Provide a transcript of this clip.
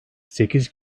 sekiz